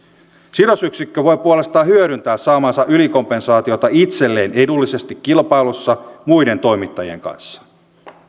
sidosyksikkö voi puolestaan hyödyntää saamaansa ylikompensaatiota itselleen edullisesti kilpailussa muiden toimittajien kanssa